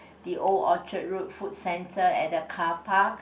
the old Orchard Road food centre at the carpark